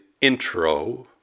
intro